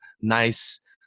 nice